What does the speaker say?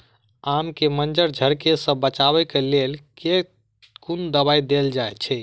आम केँ मंजर झरके सऽ बचाब केँ लेल केँ कुन दवाई देल जाएँ छैय?